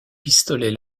pistolet